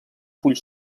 fulls